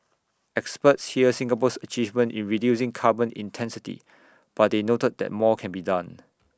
experts hailed Singapore's achievement in reducing carbon intensity but they noted that more can be done